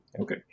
Okay